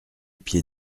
pied